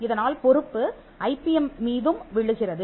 இதனால் பொறுப்பு ஐபிஎம் மீதும் விழுகிறது